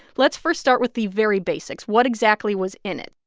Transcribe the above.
let's first start with the very basics. what exactly was in it?